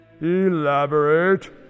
Elaborate